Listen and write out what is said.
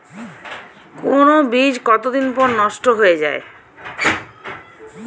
কোন বীজ কতদিন পর নষ্ট হয়ে য়ায়?